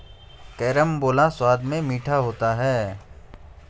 carambola स्वाद में मीठा होता है